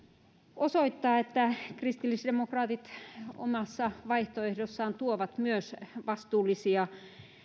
osoittaa että kristillisdemokraatit omassa vaihtoehdossaan tuovat myös vastuullisia